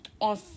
on